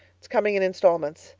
it's coming in instalments.